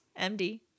MD